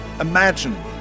Imagine